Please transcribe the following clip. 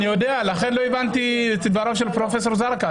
אני יודע, ולכן לא הבנתי את דבריו של פרופ' זרקא.